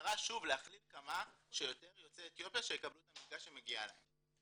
במטרה שוב להכליל כמה שיותר יוצאי אתיופיה שיקבלו את המלגה שמגיעה להם.